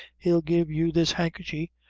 he'll give you this handkerchy,